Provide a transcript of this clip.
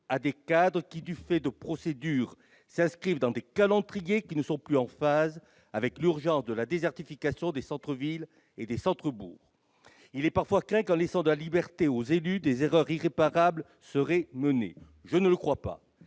à des cadres, qui, du fait des procédures, s'inscrivent dans des calendriers qui ne sont plus en phase avec l'urgence née de la désertification des centres-villes et des centres-bourgs. Il est parfois craint que, en laissant de la liberté aux élus, des erreurs irréparables ne soient commises. Je ne le crois pas.